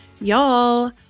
y'all